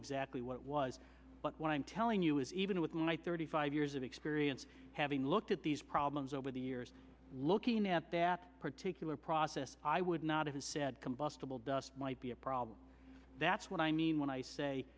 exactly what it was but what i'm telling you is even with my thirty five years of experience having looked at these problems over the years looking at that particular process i would not have said combustible dust might be a problem that's what i mean